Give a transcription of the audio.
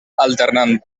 alternant